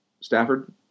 Stafford